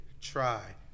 Try